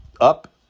up